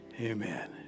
Amen